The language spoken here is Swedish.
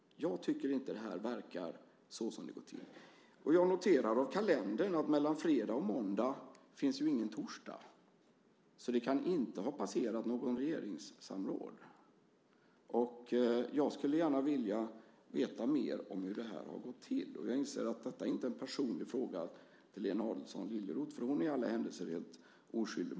Jag tycker inte att det verkar ha gått till på det sätt som det ska. Jag noterar i kalendern att mellan fredag och måndag finns ju ingen torsdag, så det kan inte ha passerat något regeringssamråd. Jag skulle gärna vilja veta mer om hur det här har gått till. Jag inser att detta inte är en personlig fråga till Lena Adelsohn Liljeroth, för hon är i alla händelser helt oskyldig.